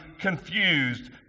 confused